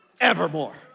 evermore